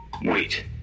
Wait